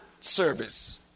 service